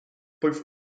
both